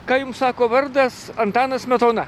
ką jums sako vardas antanas smetona